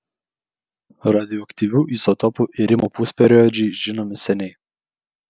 radioaktyvių izotopų irimo pusperiodžiai žinomi seniai